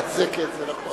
יש לאן לשאוף.